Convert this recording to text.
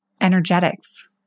energetics